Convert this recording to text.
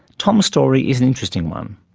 tom's story is an interesting one.